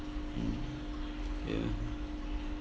mm ya